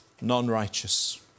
Non-righteous